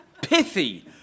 Pithy